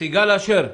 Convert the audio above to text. סיגל אשר,